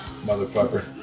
motherfucker